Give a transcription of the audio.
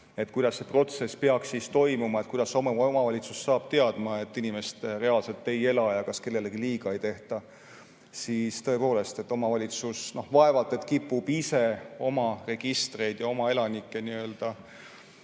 kuidas see protsess peaks toimuma, kuidas omavalitsus saab teada, et inimene reaalselt seal ei ela, ja et kellelegi liiga ei tehtaks, siis tõepoolest, omavalitsus vaevalt et kipub ise oma registreid muutma ja elanikke